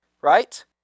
right